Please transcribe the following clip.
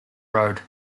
road